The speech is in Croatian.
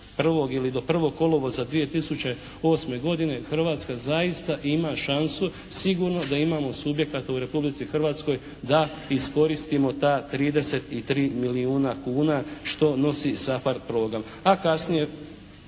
31. ili do 1. kolovoza 2008. godine Hrvatska zaista ima šansu, sigurno da imamo subjekata u Republici Hrvatskoj da iskoristimo ta 33 milijuna kuna što nosi SAPHARD program, a kasnije,